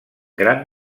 gran